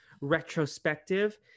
retrospective